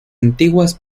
antiguas